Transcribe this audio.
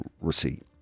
receipt